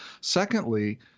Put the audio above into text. Secondly